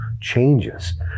changes